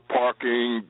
parking